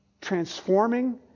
transforming